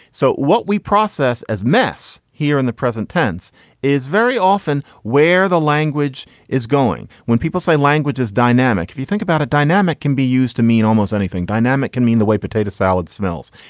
so what we process as mess here in the present tense is very often often where the language is going. when people say language is dynamic, if you think about it, dynamic can be used to mean almost anything. dynamic can mean the way potato salad smells.